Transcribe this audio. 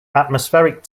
atmospheric